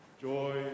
joy